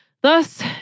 Thus